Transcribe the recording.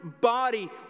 body